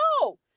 no